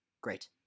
Great